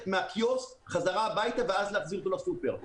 מהקיוסק חזרה הביתה ואז להחזיר אותם לסופרמרקט.